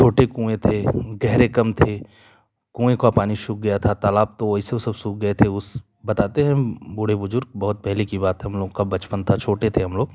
छोटे कुँए थे गहरे कम थे कुँए का पानी सूख गया था तालाब तो वैसों ही सब सूख गए थे उस बताते हैं बूढ़े बुजुर्ग बहुत पहले की बात है हम लोग का बचपन था छोटे थे हम लोग